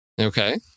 Okay